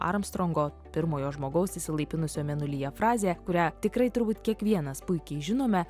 armstrongo pirmojo žmogaus išsilaipinusio mėnulyje frazė kurią tikrai turbūt kiekvienas puikiai žinome